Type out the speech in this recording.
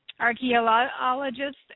Archaeologists